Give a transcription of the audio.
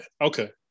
Okay